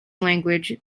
language